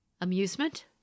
Amusement